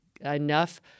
enough